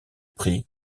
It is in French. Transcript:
prix